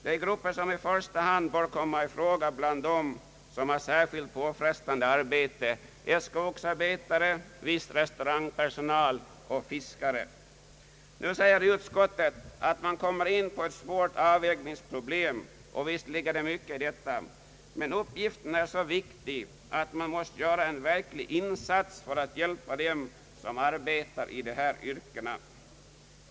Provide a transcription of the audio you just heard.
De grupper som i första hand bör komma i fråga bland dem som har särskilt påfrestande arbete är skogsarbetare, viss restaurangpersonal och fiskare. Nu säger utskottsmajoriteten att man kommer in på ett svårt avvägningsproblem — och visst ligger det mycket i detta. Men uppgiften är så viktig att vi måste göra en verklig insats för att hjälpa dem som arbetar i dessa yrken.